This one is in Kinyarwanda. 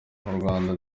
rwanda